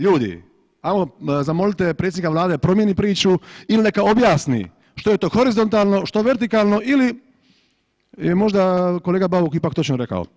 Ljudi, hajmo, zamolite predsjednika Vlade da promjeni priču ili neka objasni što je to horizontalno, što vertikalno ili je možda kolega Bauk ipak točno rekao.